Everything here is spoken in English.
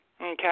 Okay